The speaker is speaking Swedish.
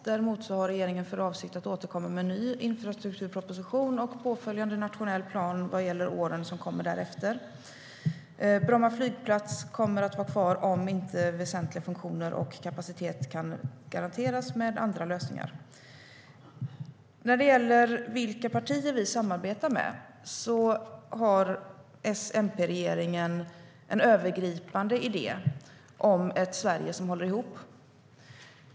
Däremot har regeringen för avsikt att återkomma med en ny infrastrukturproposition och påföljande nationell plan vad gäller åren som kommer därefter. Bromma flygplats kommer att vara kvar om inte väsentliga funktioner och kapacitet kan garanteras i form av andra lösningar. När det gäller vilka partier vi samarbetar med har S-MP-regeringen en övergripande idé om ett Sverige som håller ihop.